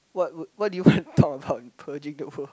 what would what do you wanna talk about purging the world